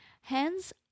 Hence